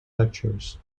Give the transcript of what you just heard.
lectures